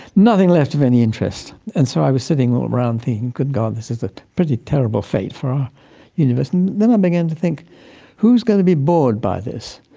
nothing left of any interest. and so i was sitting around thinking, good god, this is a pretty terrible fate for our universe, and then i began to think who's going to be bored by this?